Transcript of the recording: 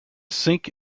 sink